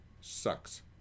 sucks